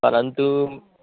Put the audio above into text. परन्तु